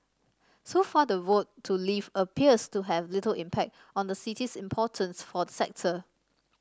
so far the vote to leave appears to have little impact on the city's importance for the sector